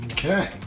Okay